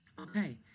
okay